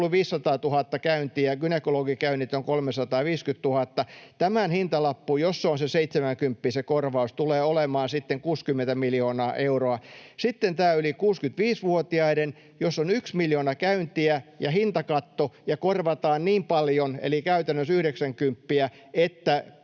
ollut 500 000 käyntiä, ja gynekologikäynnit ovat 350 000. Tämän hintalappu, jos se korvaus on se seitsemänkymppiä, tulee olemaan 60 miljoonaa euroa. Sitten jos yli 65-vuotiailla on miljoona käyntiä ja hintakatto ja korvataan niin paljon, eli käytännössä